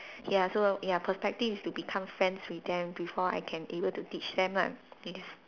ya so ya perspective is to become friends with them before I can able to teach them lah this